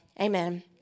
amen